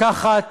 לקחת